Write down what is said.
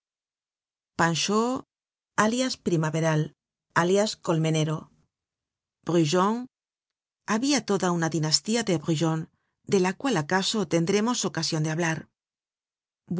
panchaud a primaveral a colmenero brujon habia toda una dinastía de brujon de la cual acaso tendremos ocasion de hablar